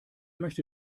möchte